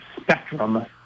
spectrum